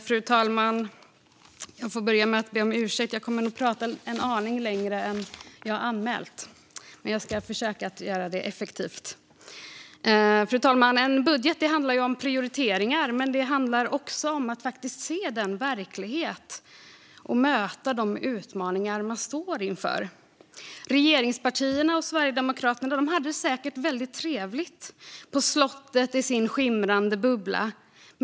Fru talman! Jag vill börja med att be om ursäkt, för jag kommer nog att tala en aning längre än jag har anmält. Men jag ska försöka att göra det effektivt. En budget handlar ju om prioriteringar. Men det handlar också om att faktiskt möta den verklighet och de utmaningar man står inför. Regeringspartierna och Sverigedemokraterna hade säkert väldigt trevligt i sin skimrande bubbla på slottet.